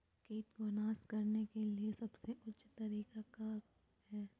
किट को नास करने के लिए सबसे ऊंचे तरीका काया है?